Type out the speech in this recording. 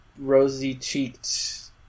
rosy-cheeked